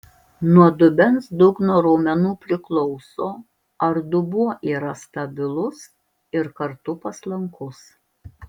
nuo dubens dugno raumenų priklauso ar dubuo yra stabilus ir kartu paslankus